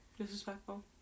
disrespectful